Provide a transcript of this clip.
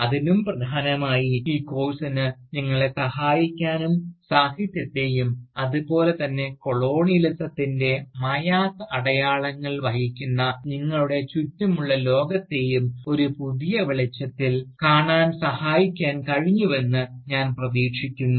അതിലും പ്രധാനമായി ഈ കോഴ്സിന് നിങ്ങളെ സഹായിക്കാനും സാഹിത്യത്തെയും അതുപോലെ തന്നെ കൊളോണിയലിസത്തിൻറെ മായാത്ത അടയാളങ്ങൾ വഹിക്കുന്ന നിങ്ങളുടെ ചുറ്റുമുള്ള ലോകത്തെയും ഒരു പുതിയ വെളിച്ചത്തിൽ കാണുവാൻ സഹായിക്കാൻ കഴിഞ്ഞുവെന്ന് ഞാൻ പ്രതീക്ഷിക്കുന്നു